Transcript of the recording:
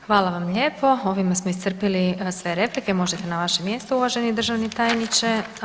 Hvala vam lijepo, ovime smo iscrpili sve replike možete na vaše mjesto uvaženi državni tajniče.